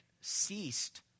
ceased